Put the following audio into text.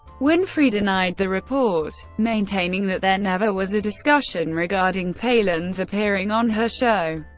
winfrey denied the report, maintaining that there never was a discussion regarding palin's appearing on her show.